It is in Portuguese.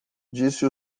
disse